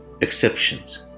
exceptions